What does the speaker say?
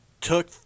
took